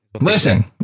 listen